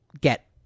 get